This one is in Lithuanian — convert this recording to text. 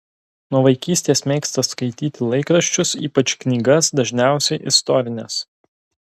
nuo vaikystės mėgsta skaityti laikraščius ypač knygas dažniausiai istorines